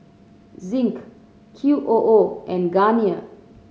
Zinc Q O O and Garnier